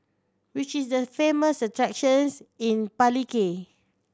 which is the famous attractions in Palikir